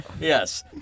Yes